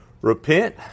repent